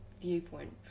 viewpoint